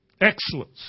excellence